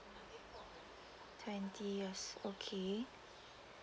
twenty years okay